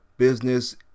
business